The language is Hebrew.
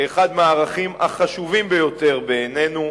כאחד מהערכים החשובים ביותר בעינינו,